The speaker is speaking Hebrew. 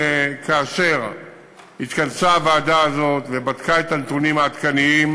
כאשר התכנסה הוועדה הזאת ובדקה את הנתונים העדכניים,